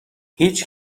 هیچ